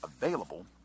available